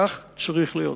כך צריך להיות.